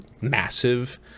massive